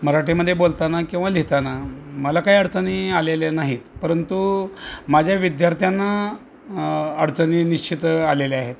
मराठीमध्ये बोलताना किंवा लिहिताना मला काही अडचणी आलेल्या नाहीत परंतु माझ्या विद्यार्थ्यांना अडचणी निश्चित आलेल्या आहेत